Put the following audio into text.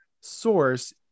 source